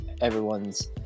everyone's